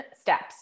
steps